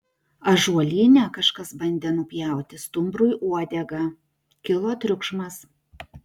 ąžuolyne kažkas bandė nupjauti stumbrui uodegą kilo triukšmas